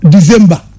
December